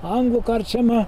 anglų karčiama